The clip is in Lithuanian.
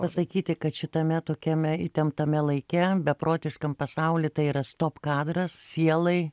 pasakyti kad šitame tokiame įtemptame laike beprotiškam pasauly tai yra stop kadras sielai